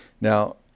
Now